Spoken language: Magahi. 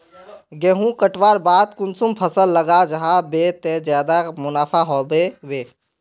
गेंहू कटवार बाद कुंसम फसल लगा जाहा बे ते ज्यादा मुनाफा होबे बे?